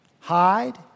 Hide